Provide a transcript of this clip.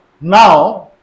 now